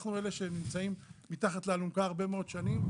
אנחנו אלה שנמצאים מתחת לאלונקה הרבה מאוד שנים,